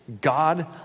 god